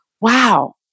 wow